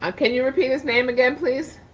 ah can you repeat his name again, please?